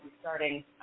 starting